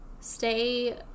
stay